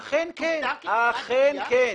אכן כן.